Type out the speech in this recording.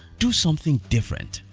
do something different,